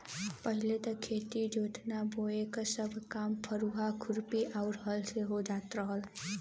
पहिले त खेत जोतना बोये क सब काम फरुहा, खुरपी आउर हल से हो जात रहल